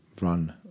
run